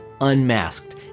Unmasked